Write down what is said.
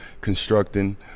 constructing